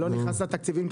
אני לא נכנס לתקציבים,